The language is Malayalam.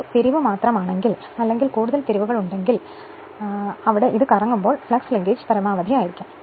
ഒരു തിരിവ് മാത്രമാണെങ്കിൽ അല്ലെങ്കിൽ കൂടുതൽ തിരിവുകൾ ഉണ്ടെങ്കിൽ ഈ സ്ഥാനത്ത് അത് കറങ്ങുമ്പോൾ ഫ്ലക്സ് ലിങ്കേജ് പരമാവധി ആയിരിക്കും